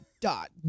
dot